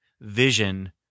vision